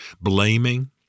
blaming